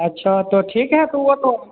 अच्छा तो ठीक है तो वो तो